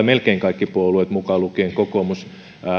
melkein kaikki puolueet mukaan lukien kokoomus